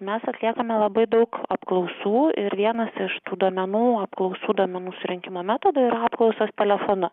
mes atliekame labai daug apklausų ir vienas iš tų duomenų apklausų duomenų rinkimo metodų yra apklausos telefonu